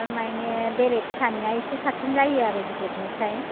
थारमाने बेरे फिसानिया एसे साबसिन जायो आरो गिदिरनिख्रुय